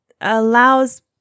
allows